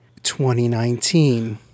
2019